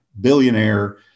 billionaire